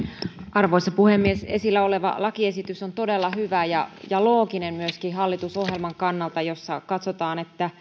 arvoisa puhemies esillä oleva lakiesitys on todella hyvä ja ja looginen myöskin hallitusohjelman kannalta jossa katsotaan että